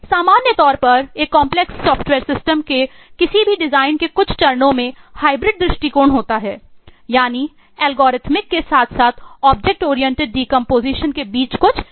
सामान्य तौर पर एक कॉम्प्लेक्स सॉफ्टवेयर सिस्टम के बीच कुछ मिश्रण मिलेगा